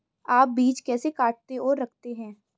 आप बीज कैसे काटते और रखते हैं?